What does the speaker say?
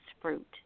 fruit